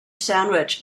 sandwich